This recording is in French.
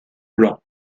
blanc